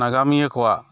ᱱᱟᱜᱟᱢᱤᱭᱟᱹ ᱠᱚᱣᱟᱜ